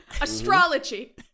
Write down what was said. Astrology